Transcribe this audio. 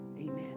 Amen